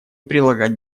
прилагать